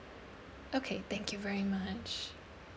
okay thank you very much